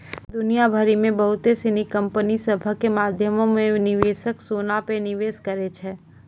दुनिया भरि मे बहुते सिनी कंपनी सभ के माध्यमो से निवेशक सोना पे निवेश करै छै